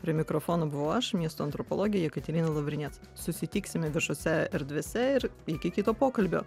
prie mikrofono buvau aš miesto antropologė jekaterina lovriniec susitiksime viešose erdvėse ir iki kito pokalbio